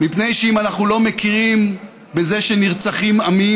מפני שאם אנחנו לא מכירים בזה שנרצחים עמים,